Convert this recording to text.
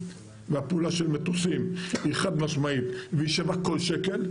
והפעולה של מטוסים היא חד משמעית והיא שווה כל שקל,